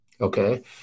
Okay